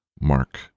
Mark